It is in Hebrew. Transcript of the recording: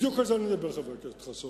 בדיוק על זה אני מדבר, חבר הכנסת חסון.